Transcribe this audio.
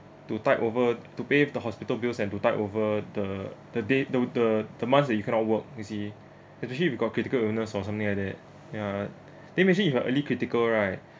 to tie over to pay the hospital bills and to tie over the the date no the the months that you cannot work you see especially we got critical illness or something like ya then imagine if I early critical right